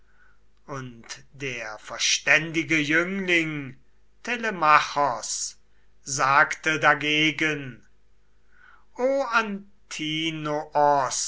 und der verständige jüngling telemachos sagte dagegen was